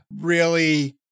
Really-